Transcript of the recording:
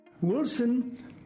Wilson